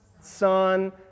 Son